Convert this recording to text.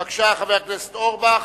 בבקשה, חבר הכנסת אורבך.